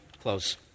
close